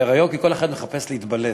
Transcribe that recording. קריוקי, כל אחד מחפש להתבלט,